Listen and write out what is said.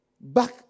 back